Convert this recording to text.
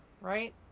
right